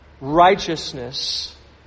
righteousness